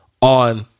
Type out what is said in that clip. on